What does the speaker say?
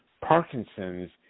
parkinson's